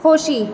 खोशी